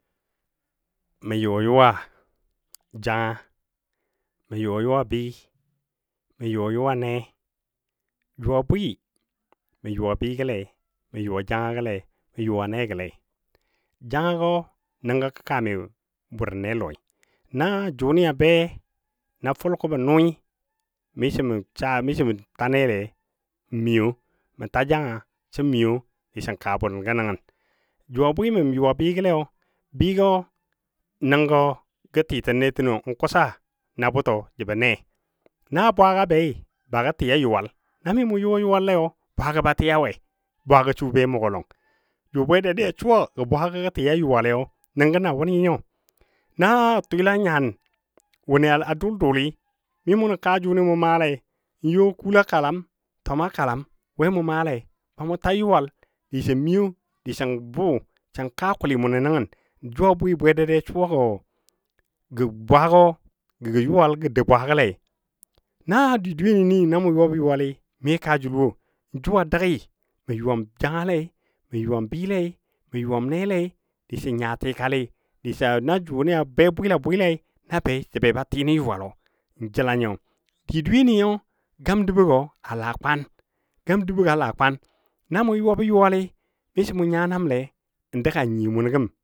Mə yuwa yuwa janga mə yuwa yuwa bi mə yuwa yuwa ne jʊ a bwɨ mə yuwa bɨgole mə yuwa negɔle, janga gɔ nəngɔ gə kami burun ne lɔi na jʊnɨ abe na fulkubɔ nʊi miso mə sa miso ta nele miyo məta janga sən miyo sən burungɔ nəngən jʊ a bwɨ mə yuwa bɨgɔlei nəngɔ gə tɨtən ne təgɔ kusa na bʊt;o jəbɔ ne na bwaaga bei ba gə tɨ yuwal na mimu yuwa yuwalle bwaago ba tɨ a we bwaagɔ su be mʊgɔ lɔng jʊ bwe dadiya suwa gɔ bwaagɔ gə ti a yuwali nəngɔ na wʊnɨ nyo. Na twɨla nyan wʊnɨ a dʊl dʊli mi muna ka jʊnɨ mu maalai kuulɔ kalam twama kalam we mʊ maale dishin miyo dishin buu dishin ka kuli mu no nəngən, jʊ a bwɨ bwedadiya a suwa gɔ bwaagɔ, gə yuwal gə dou bwaagəlai na di dweyeni na mʊ yuwabɔ yuwali mikaa jəl wo mu maalei jʊ a bwɨ mə yuwa jangalei mə yuwa bɨlei mə yuwa nelei sən nya tikali disa nə jʊnɨ a be a bwɨla bwɨlai na bei sən be ba tɨ nə yuwalo, n jəla nyo ki dweyeniyo gamdəbɔ gɔ ala kwan namu yuwabɔ yuwali miso mu nya namle dəg a nyiyo munɔ gəm.